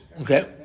Okay